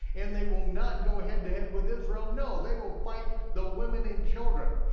and they will not go head to head with israel, no, they will fight the women and children,